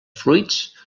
fruits